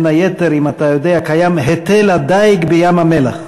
בין היתר, אם אתה יודע, קיים היטל הדיג בים-המלח.